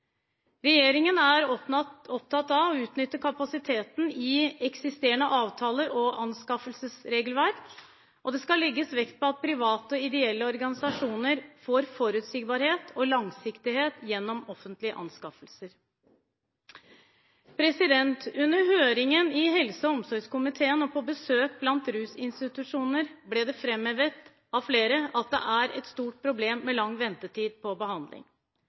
Regjeringen er opptatt av å utnytte kapasiteten i eksisterende avtaler og anskaffelsesregelverk, og det skal legges vekt på at private og ideelle organisasjoner får forutsigbarhet og langsiktighet gjennom offentlige anskaffelser. Under høringen i helse- og omsorgskomiteen og på besøk på rusinstitusjoner ble det framhevet av flere at det er et stort problem med lang ventetid på behandling.